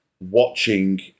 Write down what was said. watching